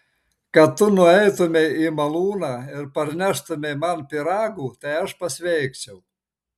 kad tu nueitumei į malūną ir parneštumei man pyragų tai aš pasveikčiau